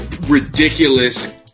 ridiculous